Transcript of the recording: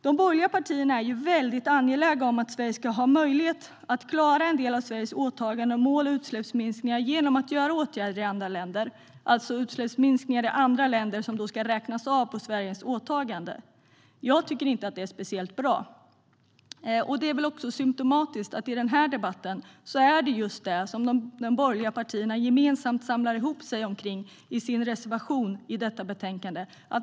De borgerliga partierna är mycket angelägna om att Sverige ska ha möjlighet att klara en del av Sveriges åtaganden om mål och utsläppsminskningar genom att vidta åtgärder i andra länder - alltså utsläppsminskningar i andra länder som ska räknas av på Sveriges åtagande. Jag tycker inte att det är speciellt bra. Det är väl också symtomatiskt att i den här debatten är det just detta som de borgerliga partierna gemensamt samlar ihop sig om i sin reservation i detta betänkande.